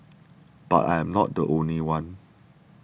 but I'm not the only one